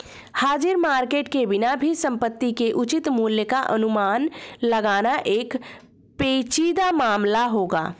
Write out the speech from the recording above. हाजिर मार्केट के बिना भी संपत्ति के उचित मूल्य का अनुमान लगाना एक पेचीदा मामला होगा